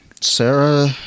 Sarah